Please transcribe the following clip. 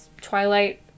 Twilight